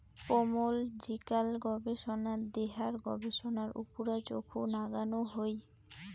pomological গবেষনাত দেহার গবেষণার উপুরা চখু নাগানো হই